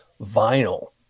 vinyl